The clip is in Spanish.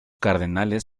cardenales